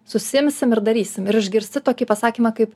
susiimsim ir darysim ir išgirsti tokį pasakymą kaip